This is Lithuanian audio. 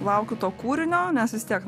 laukiu to kūrinio nes vis tiek